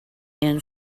and